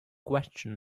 question